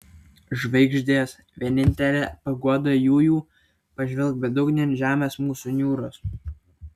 žvaigždės vienintele paguoda jųjų pažvelk bedugnėn žemės mūsų niūrios